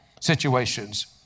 situations